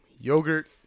Yogurt